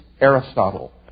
Aristotle